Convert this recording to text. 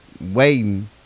waiting